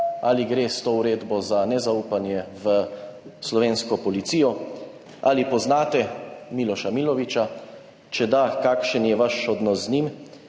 Ali izraža ta uredba nezaupanje v slovensko policijo? Ali poznate Miloša Milovića? Če da, kakšen je vaš odnos z njim?